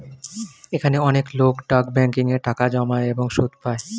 এখনো অনেক লোক ডাক ব্যাংকিং এ টাকা জমায় এবং সুদ পায়